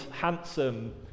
handsome